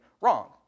wrong